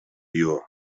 you